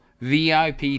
VIP